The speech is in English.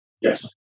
Yes